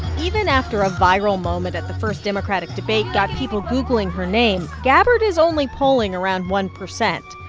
even after a viral moment at the first democratic debate got people googling her name, gabbard is only polling around one percent.